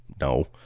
No